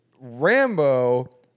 Rambo